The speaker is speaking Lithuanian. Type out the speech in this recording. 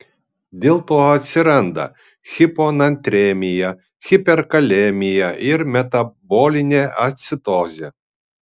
dėlto atsiranda hiponatremija hiperkalemija ir metabolinė acidozė